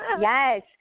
Yes